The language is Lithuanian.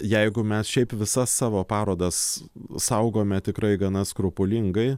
jeigu mes šiaip visas savo parodas saugome tikrai gana skrupulingai